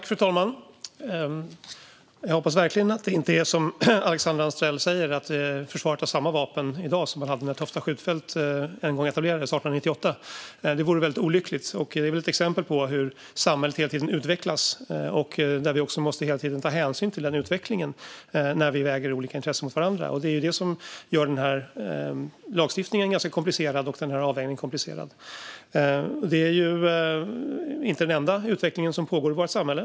Fru talman! Jag hoppas verkligen att det inte är som Alexandra Anstrell säger: att försvaret har samma vapen i dag som de hade när Tofta skjutfält en gång etablerades, 1898. Det vore väldigt olyckligt. Detta är ett exempel på hur samhället hela tiden utvecklas och att vi hela tiden måste ta hänsyn till denna utveckling när vi väger olika intressen mot varandra. Det är det som gör denna lagstiftning ganska komplicerad och avvägningen komplicerad. Det här är inte den enda utveckling som pågår i vårt samhälle.